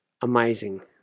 amazing